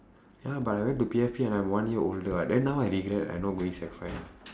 ya but I went to P_F_P and I'm one year older [what] then now I regret like not going sec five